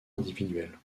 individuel